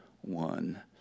one